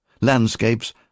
landscapes